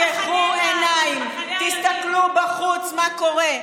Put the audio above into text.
תפקחו עיניים, תסתכלו מה קורה בחוץ.